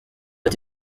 ati